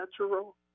natural